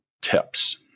tips